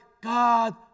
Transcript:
God